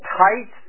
tight